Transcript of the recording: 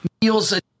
Meals